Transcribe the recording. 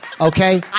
Okay